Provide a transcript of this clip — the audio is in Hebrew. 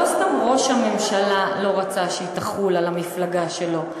לא סתם ראש הממשלה לא רצה שהיא תחול על המפלגה שלו.